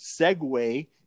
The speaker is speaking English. Segue